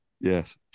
Yes